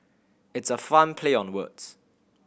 it's a fun play on words